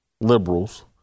liberals